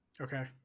Okay